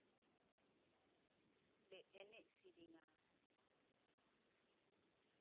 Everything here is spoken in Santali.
ᱞᱮ ᱮᱱᱮᱡ ᱥᱮᱨᱮᱧᱟ